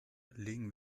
legen